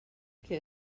que